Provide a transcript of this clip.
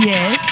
Yes